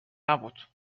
نبود